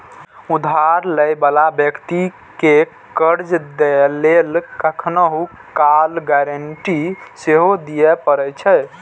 उधार लै बला व्यक्ति कें कर्ज दै लेल कखनहुं काल गारंटी सेहो दियै पड़ै छै